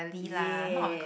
yes